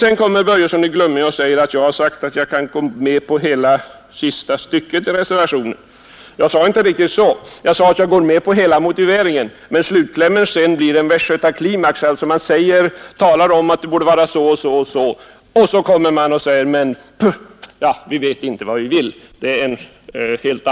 Enligt herr Börjesson i Glömminge skulle jag ha sagt att jag kan gå med på hela sista stycket i reservationen. Nej, jag sade inte riktigt så. Jag sade att jag går med på hela motiveringen. Men om slutklämmen sedan blir en västgötaklimax, är det en helt annan sak. Man talar om att det borde vara så och så, men plötsligt säger man — ja, vi vet inte vad vi vill.